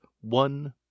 one